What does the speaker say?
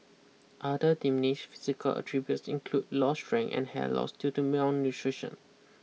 other diminish physical attributes include lost strength and hair loss due to malnutrition